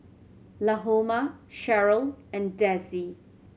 Lahoma Sherryl and Dessie